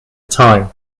time